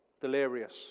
Delirious